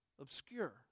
obscure